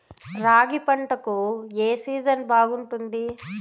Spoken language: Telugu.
రాగి పంటకు, ఏ సీజన్ బాగుంటుంది?